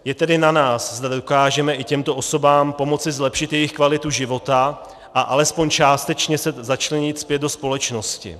Je tedy na nás, zda dokážeme i těmto osobám pomoci zlepšit jejich kvalitu života a alespoň částečně se začlenit zpět do společnosti.